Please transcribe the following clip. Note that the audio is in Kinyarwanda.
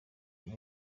muri